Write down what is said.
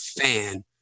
fan